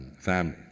family